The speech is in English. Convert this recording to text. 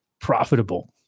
profitable